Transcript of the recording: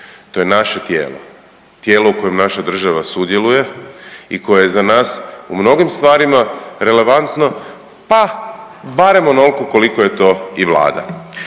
To je naše tijelo, tijelo u kojem naša država sudjeluje i koja je za nas u mnogim stvarima relevantno pa barem onolko koliko je to i Vlada.